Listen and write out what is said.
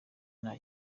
nta